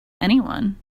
anyone